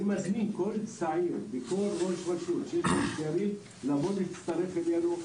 אני מזמין כל צעיר וכל ראש רשות שיש לו צעירים לבוא להצטרף אלינו.